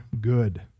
good